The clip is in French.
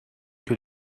que